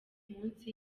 munsi